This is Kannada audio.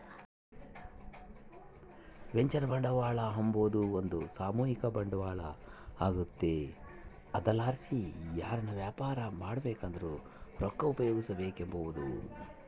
ವೆಂಚರ್ ಬಂಡವಾಳ ಅಂಬಾದು ಒಂದು ಸಾಮೂಹಿಕ ಬಂಡವಾಳ ಆಗೆತೆ ಅದರ್ಲಾಸಿ ಯಾರನ ವ್ಯಾಪಾರ ಮಾಡ್ಬಕಂದ್ರ ರೊಕ್ಕ ಉಪಯೋಗಿಸೆಂಬಹುದು